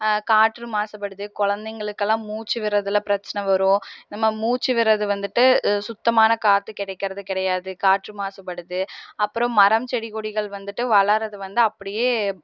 காற்று மாசுபடுது குழந்தைகளுக்குலாம் மூச்சு விடுறதில் பிரச்சன வரும் நம்ம மூச்சிவிடுறது வந்துட்டு சுத்தமான காற்று கிடைக்கறது கிடையாது காற்று மாசுபடுது அப்றம் மரம் செடி கொடிகள் வந்துட்டு வளர்கிறது வந்து அப்படியே